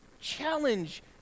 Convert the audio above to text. Challenge